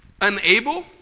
unable